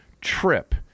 trip